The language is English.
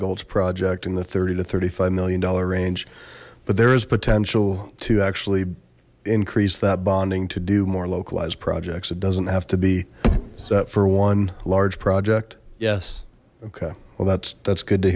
gulch project in the thirty to thirty five million dollar range but there is potential to actually increase that bonding to do more localized projects it doesn't have to be that for one large project yes okay well that's that's good to